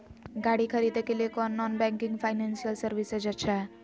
गाड़ी खरीदे के लिए कौन नॉन बैंकिंग फाइनेंशियल सर्विसेज अच्छा है?